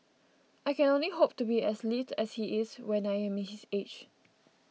I can only hope to be as lithe as he is when I am his age